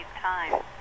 time